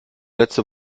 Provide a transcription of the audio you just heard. letzte